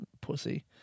pussy